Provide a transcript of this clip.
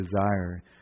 desire